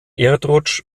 erdrutsch